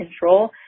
control